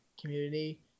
community